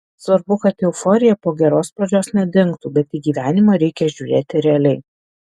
svarbu kad euforija po geros pradžios nedingtų bet į gyvenimą reikia žiūrėti realiai